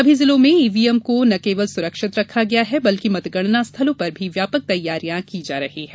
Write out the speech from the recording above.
सभी जिलों में ईवीएम को न केवल सुरक्षित रखा गया है बल्कि मतगणना स्थलों पर भी व्यापक तैयारियां की जा रही हैं